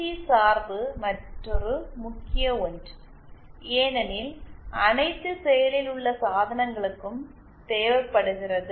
C சார்பு மற்றொரு முக்கிய ஒன்று ஏனெனில் அனைத்து செயலில் உள்ள சாதனங்களுக்கும் தேவைப்படுகிறது